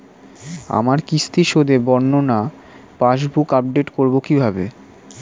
আমার কিস্তি শোধে বর্ণনা পাসবুক আপডেট করব কিভাবে?